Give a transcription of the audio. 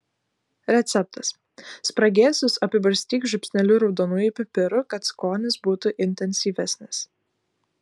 receptas spragėsius apibarstyk žiupsneliu raudonųjų pipirų kad skonis būtų intensyvesnis